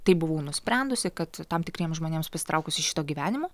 taip buvau nusprendusi kad tam tikriems žmonėms pasitraukus iš šito gyvenimo